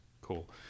cool